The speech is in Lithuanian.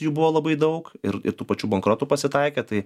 jų buvo labai daug ir tų pačių bankrotų pasitaikė tai